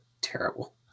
terrible